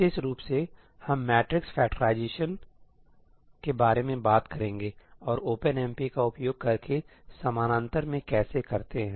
विशेष रूप से हम मैट्रिक्स फैक्टराइजेशन के बारे में बात करेंगे और ओपनएमपी का उपयोग करके समानांतर में कैसे करते हैं